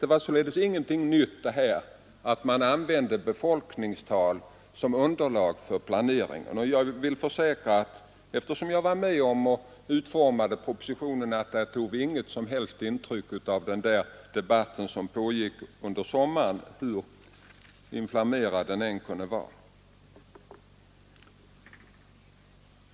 Det var således ingenting nytt att man använde befolkningstal som underlag för planeringen. Jag vill försäkra, eftersom jag var med om att utforma propositionen, att vi inte tog något som helst intryck av den debatt som pågick under sommaren, hur inflammerad den än kunde vara.